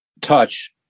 touch